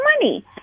money